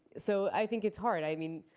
so i think it's hard. i mean,